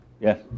Yes